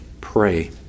Pray